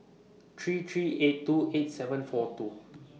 three three eight two eight seven four two